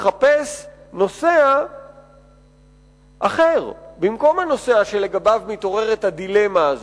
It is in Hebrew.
לחפש נוסע אחר במקום הנוסע שלגביו מתעוררת הדילמה הזאת?